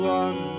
one